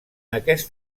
aquest